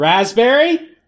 Raspberry